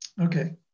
Okay